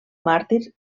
màrtir